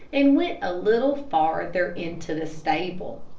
and went a little farther into the stable.